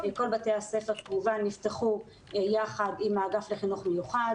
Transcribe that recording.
כל בתי הספר כמובן נפתחו יחד עם האגף לחינוך מיוחד